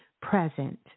present